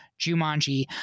Jumanji